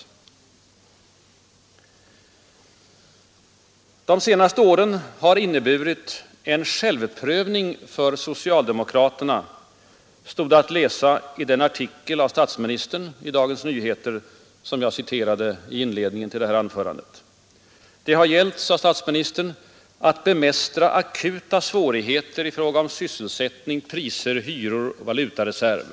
De senaste åren har inneburit ”en självprövning för socialdemokraterna”, stod det att läsa i den artikel av statsministern i Dagens Nyheter som jag citerade i inledningen till det här anförandet. Det har gällt, sade statsministern, att bemästra ”akuta svårigheter i fråga om sysselsättning, priser, hyror, valutareserv”.